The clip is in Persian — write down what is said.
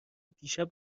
دیشب